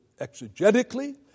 exegetically